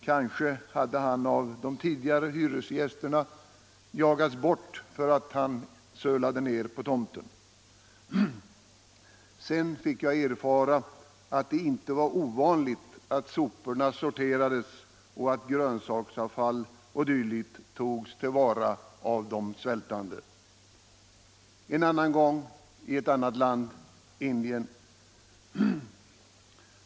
Kanske hade han av de tidigare hyresgästerna jagats bort för att han sölade ned på tomten. Sedan fick jag erfara att det inte var ovanligt att soporna sorterades och grönsaksavfall o.d. togs till vara av de svältande. En annan gång var jag i ett annat land, nämligen i Indien.